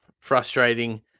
frustrating